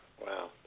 wow